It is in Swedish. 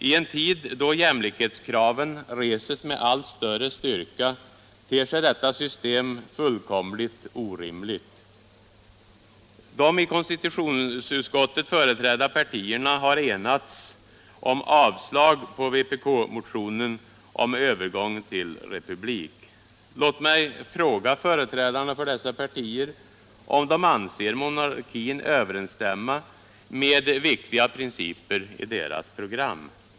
I en tid då jämlikhetskraven reses med allt större styrka ter sig detta system fullkomligt orimligt. De i konstitutionsutskottet företrädda partierna har enats om avstyrkande av vpk-motionen om övergång till republik. Låt mig fråga företrädarna för dessa partier om de anser monarkin överensstämma med viktiga principer i deras program.